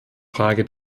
frage